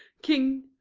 king,